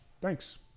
Thanks